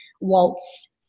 waltz